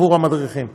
עבור המדריכים.